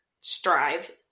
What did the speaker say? strive